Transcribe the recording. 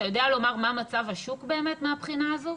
אתה יודע לומר מה מצב השוק מהבחינה הזו,